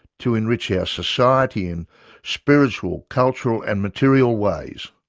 to enrich yeah our society in spiritual, cultural and material ways.